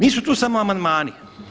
Nisu tu samo amandmani.